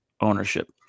ownership